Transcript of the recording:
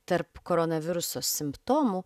tarp koronaviruso simptomų